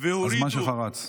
הזמן שלך רץ.